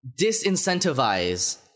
disincentivize